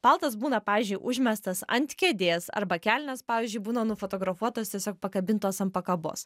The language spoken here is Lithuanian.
paltas būna pavyzdžiui užmestas ant kėdės arba kelnės pavyzdžiui būna nufotografuotos tiesiog pakabintos ant pakabos